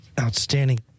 outstanding